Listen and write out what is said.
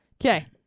Okay